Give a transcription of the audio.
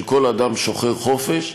של כל אדם שוחר חופש.